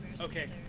Okay